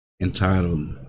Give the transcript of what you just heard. entitled